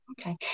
Okay